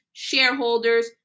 shareholders